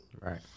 Right